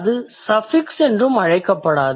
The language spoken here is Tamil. அது சஃபிக்ஸ் என்றும் அழைக்கப்படாது